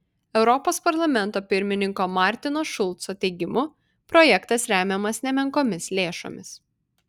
europos parlamento pirmininko martino šulco teigimu projektas remiamas nemenkomis lėšomis